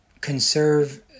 conserve